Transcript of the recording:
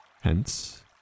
Hence